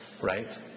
right